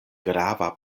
grava